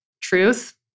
Truth